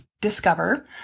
Discover